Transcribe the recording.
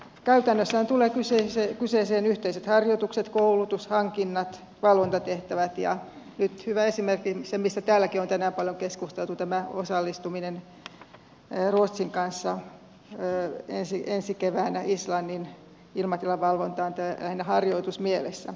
käytännössähän tulevat kyseeseen yhteiset harjoitukset koulutus hankinnat valvontatehtävät ja nyt hyvä esimerkki on se mistä täälläkin on tänään paljon keskusteltu tämä osallistuminen ruotsin kanssa ensi keväänä islannin ilmatilavalvontaan lähinnä harjoitusmielessä